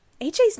AJ's